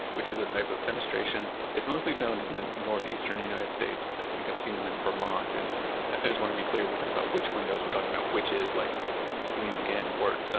which is a type of fenestration, it's mostly found in the northeastern united states. i think i've seen them in vermont. and i just want to be clear we talk about witch windows, we're talking about witches, like green skin, wart,